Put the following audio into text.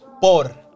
por